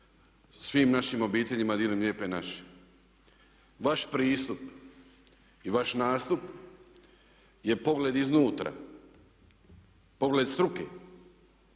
svim našim obiteljima diljem lijepe naše. Vaš pristup i vaš nastup je pogled iznutra, pogled struke.